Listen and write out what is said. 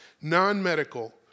non-medical